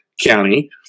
County